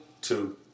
Two